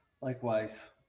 Likewise